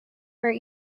were